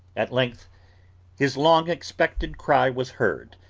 at length his long-expected cry was heard,